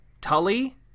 Tully